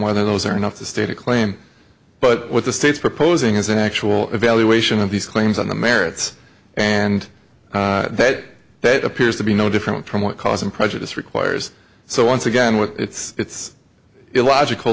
whether those are enough to state a claim but what the state's proposing is an actual evaluation of these claims on the merits and that it appears to be no different from what cause and prejudice requires so once again what it's illogical